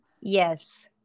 Yes